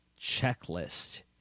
checklist